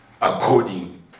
according